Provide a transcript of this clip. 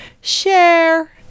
Share